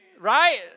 Right